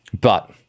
But-